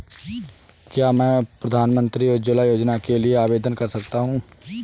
क्या मैं प्रधानमंत्री उज्ज्वला योजना के लिए आवेदन कर सकता हूँ?